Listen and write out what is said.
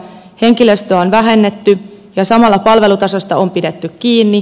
henkilöstöä on vähennetty ja samalla palvelutasosta on pidetty kiinni